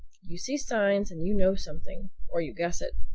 you see signs and you know something or you guess it.